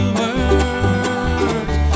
words